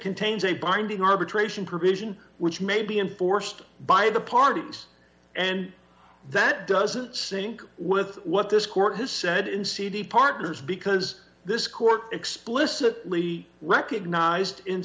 contains a binding arbitration provision which may be enforced by the parties and that doesn't sync with what this court has said in cd partners because this court explicit we recognized in